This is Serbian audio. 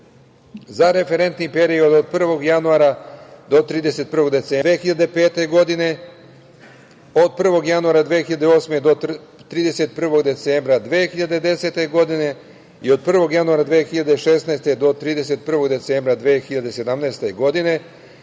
za referentni period od 1. januara do 31. decembra 2005. godine, od 1. januara 2008. do 31. decembra 2010. godine i od 1. januara 2016. do 31. decembra 2017. godine,